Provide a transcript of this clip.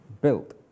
built